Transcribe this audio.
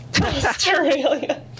Australia